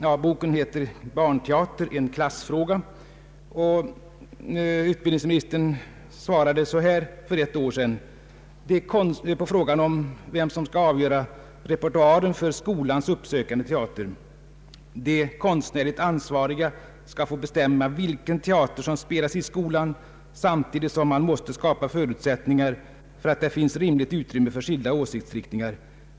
På frågan om vem som skall avgöra repertoaren för skolans uppsökande teater svarade utbildningsministern så här för ett år sedan: ”De konstnärligt ansvariga skall få bestämma vilken teater som spelas i skolan samtidigt som man måste skapa förutsättningar för att det finns rimligt utrymme för skilda åsiktsriktningar.